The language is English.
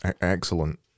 excellent